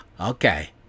Okay